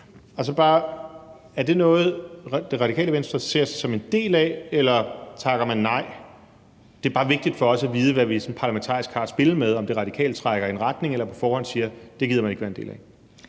Er det noget, som Det Radikale Venstre ser sig selv som en del af, eller takker man nej? Det er bare vigtigt for os at vide, hvad vi sådan parlamentarisk har at spille med, altså om Radikale på forhånd trækker i en retning, hvor man siger, at det gider man ikke være en del af.